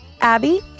Abby